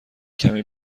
کمی